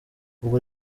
ubwo